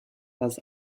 was